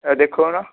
ଆଉ ଦେଖଉନ